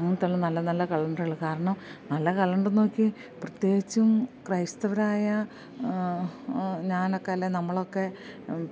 അങ്ങനത്തൊള്ള നല്ല നല്ല കളണ്ടറുകൾ കാരണം നല്ല കലണ്ടർ നോക്കി പ്രത്യേകിച്ചും ക്രൈസ്തവരായ ഞാൻ ഒക്കെ അല്ലേ നമ്മൾ ഒക്കെ